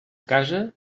casa